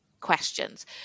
questions